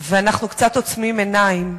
אנחנו קצת עוצמים עיניים,